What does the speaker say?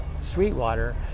Sweetwater